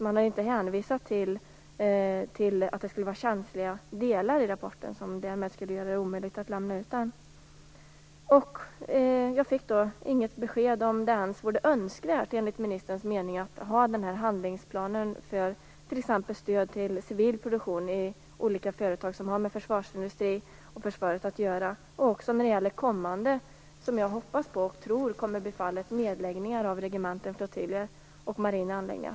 Man har inte hänvisat till att det skulle vara känsliga delar i rapporten som därmed skulle göra det omöjligt att lämna ut den. Jag fick inget besked om huruvida det ens vore önskvärt, enligt ministerns mening, att ha en handlingsplan för t.ex. stöd till civil produktion i olika företag som har med försvarsindustri och försvar att göra och även när det gäller kommande - som jag hoppas och tror på - nedläggningar av regementen, flottiljer och marina anläggningar.